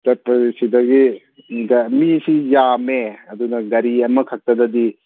ꯆꯠꯄ ꯁꯤꯗꯒꯤ ꯃꯤꯁꯤ ꯌꯥꯝꯃꯦ ꯑꯗꯨꯅ ꯒꯥꯔꯤ ꯑꯃꯈꯛꯇꯗꯗꯤ